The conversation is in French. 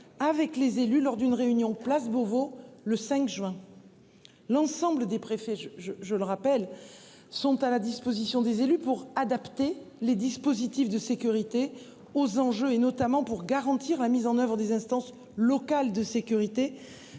avec les élus lors d'une réunion place Beauvau le 5 juin. L'ensemble des préfets. Je je je le rappelle, sont à la disposition des élus pour adapter les dispositifs de sécurité aux anges et notamment pour garantir la mise en oeuvre des instances locales. De sécurité.